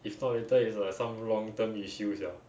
if not later is like some long term issue sia